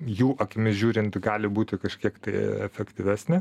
jų akimis žiūrint gali būti kažkiek tai efektyvesnė